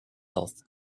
health